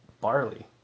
barley